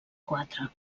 quatre